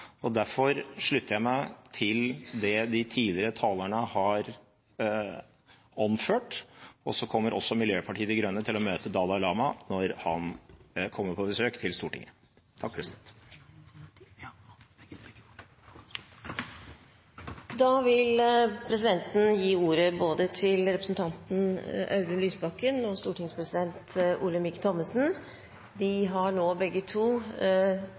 Derfor slutter jeg meg til det de tidligere talerne har anført. Så kommer også Miljøpartiet De Grønne til å møte Dalai Lama når han kommer på besøk til Stortinget. La meg først få takke presidenten for et grundig og oppriktig svar. Jeg har stor respekt for de vanskelige vurderingene som presidenten her har